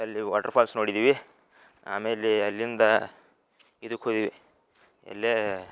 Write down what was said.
ಅಲ್ಲಿ waterfalls ನೋಡಿದ್ದೀವಿ ಆಮೇಲೆ ಅಲ್ಲಿಂದ ಇದಕ್ಕೆ ಹೋಯೆ ಎಲ್ಲೇ